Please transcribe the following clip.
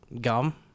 gum